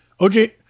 OJ